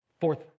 Fourth